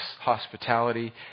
hospitality